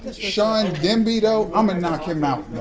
sean denby, though i'm a knock him out,